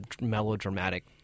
melodramatic